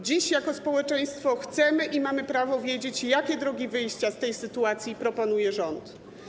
Dziś jako społeczeństwo chcemy i mamy prawo wiedzieć, jakie drogi wyjścia z tej sytuacji proponuje rząd.